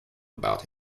about